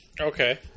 Okay